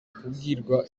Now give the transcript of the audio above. kubwirwa